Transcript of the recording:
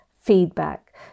feedback